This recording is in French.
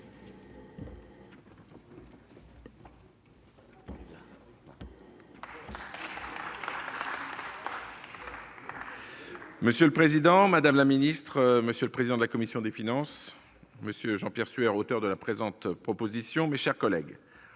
Monsieur le président, madame la secrétaire d'État, monsieur le président de la commission des finances, monsieur Jean-Pierre Sueur, auteur de la présente proposition de loi, mes chers collègues,